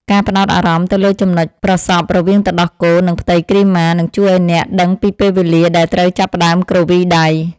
ការផ្ដោតអារម្មណ៍ទៅលើចំណុចប្រសព្វរវាងទឹកដោះគោ និងផ្ទៃគ្រីម៉ានឹងជួយឱ្យអ្នកដឹងពីពេលវេលាដែលត្រូវចាប់ផ្តើមគ្រវីដៃ។